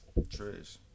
Trish